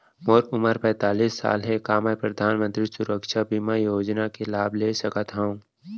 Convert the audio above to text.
मोर उमर पैंतालीस साल हे का मैं परधानमंतरी सुरक्षा बीमा योजना के लाभ ले सकथव?